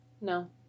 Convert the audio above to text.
No